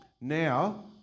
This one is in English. Now